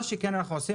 מה שכן אנחנו עושים,